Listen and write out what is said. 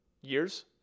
years